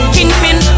Kingpin